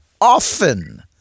often